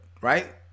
right